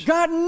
God